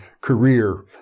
career